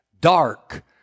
dark